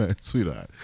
sweetheart